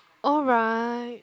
alright